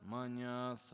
Manya